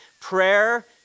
prayer